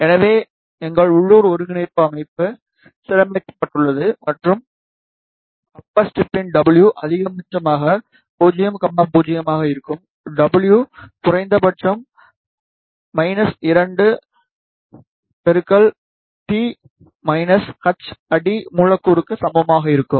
எனவே எங்கள் உள்ளூர் ஒருங்கிணைப்பு அமைப்பு சீரமைக்கப்பட்டுள்ளது மற்றும் அப்பர் ஸ்ட்ரிப்டன் W அதிகபட்சம் 0 0 ஆக இருக்கும் W குறைந்தபட்சம் 2 t h அடி மூலக்கூறுக்கு சமமாக இருக்கும்